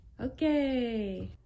Okay